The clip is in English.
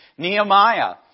Nehemiah